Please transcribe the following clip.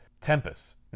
Tempest